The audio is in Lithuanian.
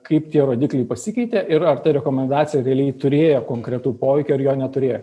kaip tie rodikliai pasikeitė ir ar ta rekomendacija realiai turėjo konkretų poveikį ar jo neturėjo